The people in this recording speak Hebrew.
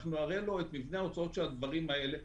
אנחנו נראה לו את מבנה ההוצאות של הדברים האלה.